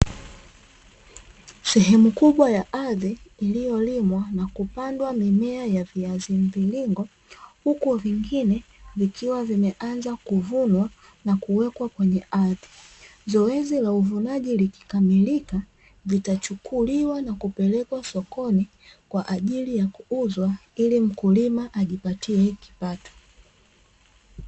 Sehemu kubwa ya ardhi iliyolimwa na kupandwa mimea ya viazi mviringo, huku vingine vikiwa vimeanza kuvunwa na kuwekwa kwenye ardhi, zoezi la uvunaji likikamilika, vitachukuliwa na kupelekwa sokoni kwa ajili ya kuuzwa, ili mkulima ajipatie kipato.